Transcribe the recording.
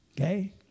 Okay